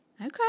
Okay